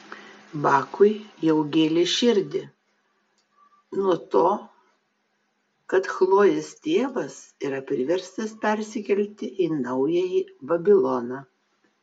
bakui jau gėlė širdį nuo to kad chlojės tėvas yra priverstas persikelti į naująjį babiloną